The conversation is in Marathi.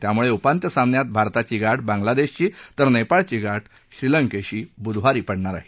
त्याम्ळे उपान्त्य सामन्यात भारताची गाठ बांगला देशशी तर नेपाळची गाठ श्रीलंकेशी ब्धवारी पडणार आहे